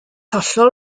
hollol